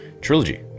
trilogy